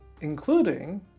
Including